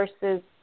versus